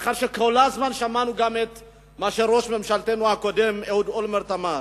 מאחר שכל הזמן שמענו גם את מה שראש ממשלתנו הקודם אהוד אולמרט אמר,